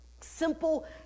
Simple